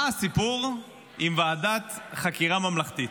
מה הסיפור עם ועדת חקירה ממלכתית?